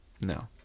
No